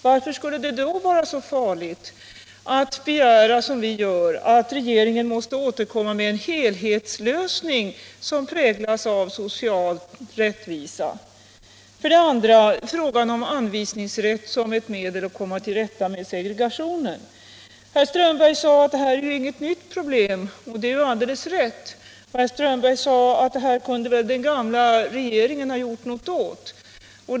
Varför skulle det då vara så farligt att begära — som vi gör — att regeringen måste återkomma med en helhetslösning som präglas av social rättvisa? Vad vidare gäller frågan om anvisningsrätt som ett medel att komma till rätta med segregationen sade herr Strömberg att detta inte är något nytt problem, och det är alldeles rätt. Herr Strömberg sade också att den gamla regeringen kunde ha gjort något åt detta.